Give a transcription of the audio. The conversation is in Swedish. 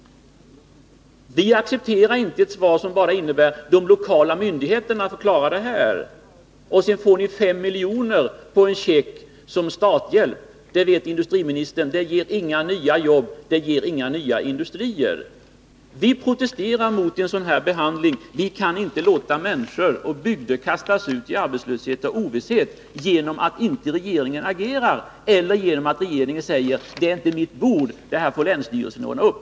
Vi accepterar inte ett svar som innebär att de lokala myndigheterna får klara problemen och att man får en check på 5 miljoner som starthjälp. Det ger inga nya industrier — det vet industriministern. Vi protesterar mot den här behandlingen. Vi kan inte låta människor och bygder kastas ut i arbetslöshet och ovisshet genom att regeringen inte agerar eller att industriministern säger: Det är inte mitt bord — det här får länsstyrelsen ordna upp.